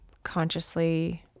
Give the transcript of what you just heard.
consciously